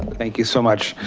thank you so much.